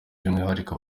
by’umwihariko